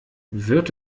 wird